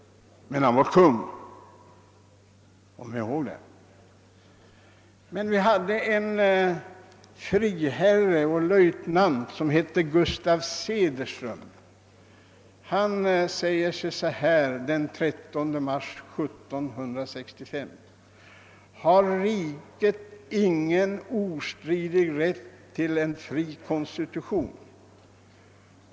Men han var kung, kom ihåg det! Vi hade emellertid en friherre och löjtnant som hette Gustaf Cederström. Han sade den 13 mars 1765: »Har riket ingen ostridig rätt til en fri constitution?